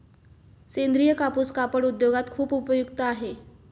सेंद्रीय कापूस कापड उद्योगात खूप उपयुक्त आहे